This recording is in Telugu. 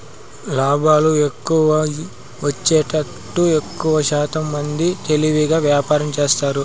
లాభాలు ఎక్కువ వచ్చేతట్టు ఎక్కువశాతం మంది తెలివిగా వ్యాపారం చేస్తారు